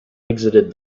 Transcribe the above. exited